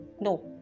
No